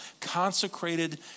consecrated